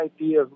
idea